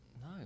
no